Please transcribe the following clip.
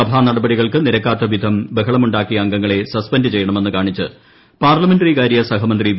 സഭാ നടപടികൾക്ക് നിരക്കാത്ത വിധം ബഹളം ഉണ്ടാക്കിയ അംഗങ്ങളെ സസ്പെൻഡ് ചെയ്യണമെന്ന് കാണിച്ച് പാർലമെന്ററി കാര്യ സഹമന്ത്രി വി